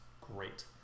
great